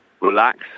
relax